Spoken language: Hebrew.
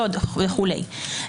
שוד וכו'.